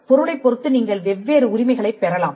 பொருளை பொருத்து நீங்கள் வெவ்வேறு உரிமைகளைப் பெறலாம்